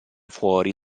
fuori